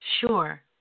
sure